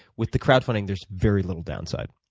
with the crowdfunding, there's very little downside.